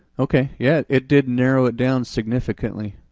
okay, yeah, it did narrow it down significantly,